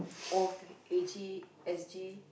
of S_G S_G